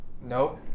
Nope